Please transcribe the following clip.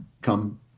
come